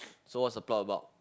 so what's the plot about